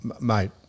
Mate